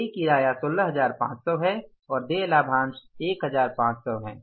देय किराया 16500 है और देय लाभांश 1500 है